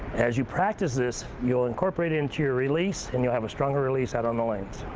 as you practice this, you'll incorporate it into your release and you'll have a stronger release out on the lanes.